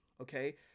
Okay